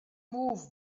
move